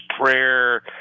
Prayer